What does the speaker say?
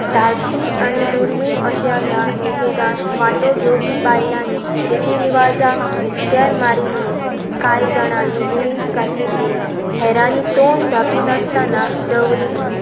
धाडशी आनी दुर्मीळ अश्या ह्या निशेधान वांटो घेवपी बायलांनी रितीरिवाजांक भिस्क्यार मारिल्ले कांय जाणांनी जिन्स घातिल्ल्यो हेरांनी तोंड धापी नसतना दवरिल्ली